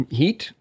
heat